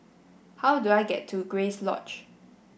how do I get to Grace Lodge